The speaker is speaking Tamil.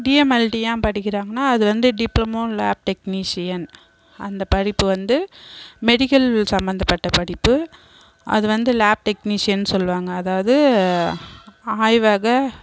டிஎம்எல்டி ஏன் படிக்கிறாங்கன்னா அது வந்து டிப்ளமோ லேப் டெக்னீஷியன் அந்த படிப்பு வந்து மெடிக்கல் சம்பந்தப்பட்ட படிப்பு அது வந்து லேப் டெக்னீஷியன்னு சொல்லுவாங்க அதாவது ஆய்வக